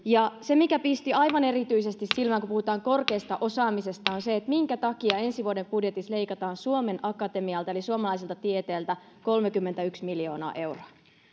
ja innovaatiomenoihin se mikä pisti aivan erityisesti silmään kun puhutaan korkeasta osaamisesta on se minkä takia ensi vuoden budjetissa leikataan suomen akatemialta eli suomalaiselta tieteeltä kolmekymmentäyksi miljoonaa euroa